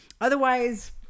Otherwise